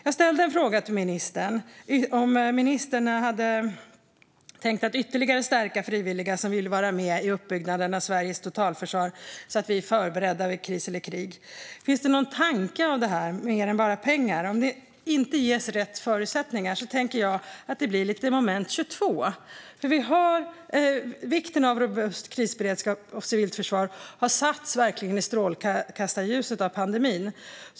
Jag ställde en fråga till ministern om ministern hade tänkt att ytterligare stärka de frivilliga som vill vara med i uppbyggnaden av Sveriges totalförsvar, så att vi är förberedda vid kris eller krig. Finns det någon tanke när det gäller detta, mer än bara pengar? Om de inte ges rätt förutsättningar blir det gärna lite av ett moment 22. Vikten av robust krisberedskap och civilt försvar har verkligen satts i strålkastarljuset genom pandemin.